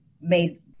made